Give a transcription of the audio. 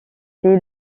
été